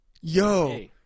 Yo